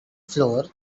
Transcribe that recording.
flour